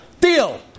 Deal